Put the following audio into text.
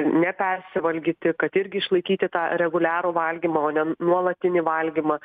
nepersivalgyti kad irgi išlaikyti tą reguliarų valgymą o ne nuolatinį valgymą